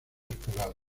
esperados